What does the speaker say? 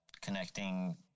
connecting